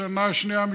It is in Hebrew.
שנה שנייה,